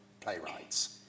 playwrights